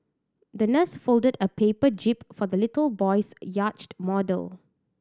the nurse folded a paper jib for the little boy's yacht model